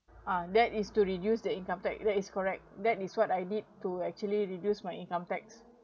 uh that is to reduce the income tax that is correct that is what I did to actually reduce my income tax